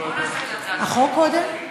החוק קודם?